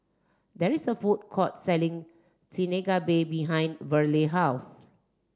there is a food court selling Chigenabe behind Verle house